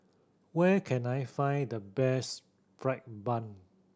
where can I find the best fried bun